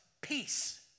peace